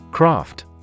Craft